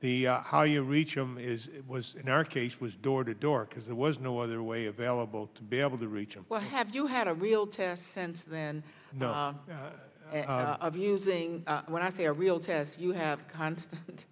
the how you reach of them is was in our case was door to door because there was no other way available to be able to reach and what have you had a real test sense then of using when i say a real test you have constant